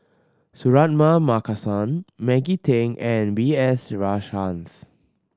Suratman Markasan Maggie Teng and B S Rajhans